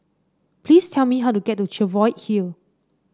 please tell me how to get to Cheviot Hill